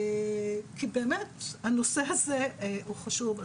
כי באמת, הנושא הזה הוא חשוב.